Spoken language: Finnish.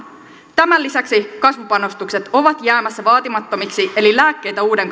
tämän lisäksi kasvupanostukset ovat jäämässä vaatimattomiksi eli lääkkeitä uuden